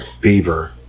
Beaver